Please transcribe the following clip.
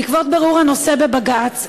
בעקבות בירור הנושא בבג"ץ,